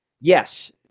Yes